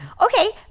okay